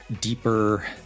deeper